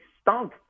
stunk